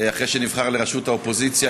אחרי שנבחר לראשות האופוזיציה,